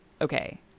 okay